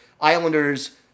Islanders